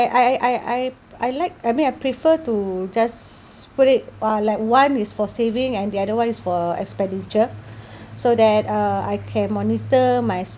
I I I I I like I mean I prefer to just put it uh like one is for saving and the other one is for expenditure so that uh I can monitor my